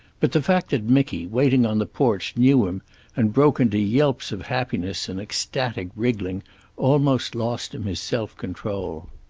but the fact that micky, waiting on the porch, knew him and broke into yelps of happiness and ecstatic wriggling almost lost him his self-control.